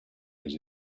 his